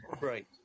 Right